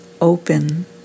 open